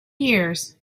years